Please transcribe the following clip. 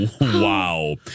Wow